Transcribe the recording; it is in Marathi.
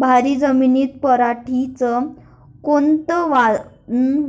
भारी जमिनीत पराटीचं कोनचं